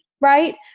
right